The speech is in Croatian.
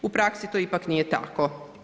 U praksi to ipak nije tako.